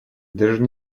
даже